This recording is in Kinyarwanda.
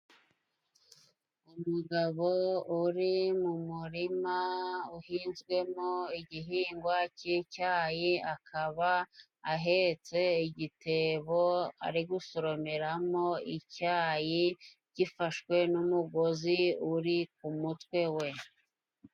Umugabo uri mu murima uhinzwemo igihingwa cyi'icyayi, akaba ahetse igitebo ari gusoromeramo icyayi gifashwe n'umugozi uri k'umutwe we.